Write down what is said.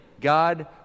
God